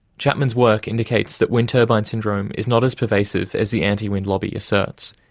chapman's work indicates that wind turbine syndrome is not as pervasive as the anti-wind lobby asserts,